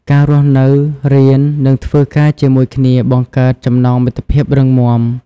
ការរស់នៅ រៀន និងធ្វើការជាមួយគ្នាបង្កើតចំណងមិត្តភាពរឹងមាំ។